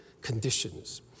conditions